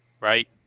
Right